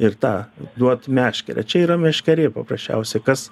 ir tą duot meškerę čia yra meškerė paprasčiausiai kas